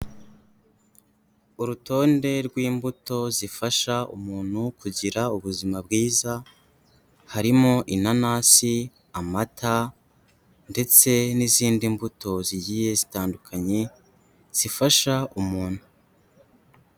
Urutonde rw'imbuto zifasha umuntu kugira ubuzima bwiza, harimo inanasi, amata ndetse n'izindi mbuto zigiye zitandukanye, zifasha umuntu.